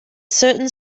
certain